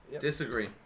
Disagree